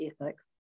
ethics